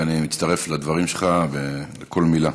אני מצטרף לדברים שלך, לכל מילה.